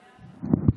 דקות.